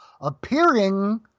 appearing